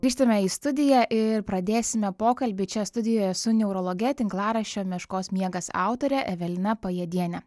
grįžtame į studiją ir pradėsime pokalbį čia studijoje su neurologe tinklaraščio meškos miegas autore evelina pajėdiene